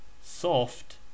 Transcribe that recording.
soft